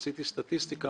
עשיתי סטטיסטיקה,